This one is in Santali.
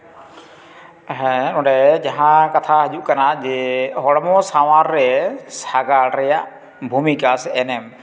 ᱦᱮᱸ ᱚᱸᱰᱮ ᱡᱟᱦᱟᱸ ᱠᱟᱛᱷᱟ ᱦᱤᱡᱩᱜ ᱠᱟᱱᱟ ᱡᱮ ᱦᱚᱲᱢᱚ ᱥᱟᱶᱟᱨ ᱨᱮ ᱥᱟᱜᱟᱲ ᱨᱮᱭᱟᱜ ᱵᱷᱩᱢᱤᱠᱟ ᱥᱮ ᱮᱱᱮᱢ